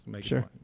Sure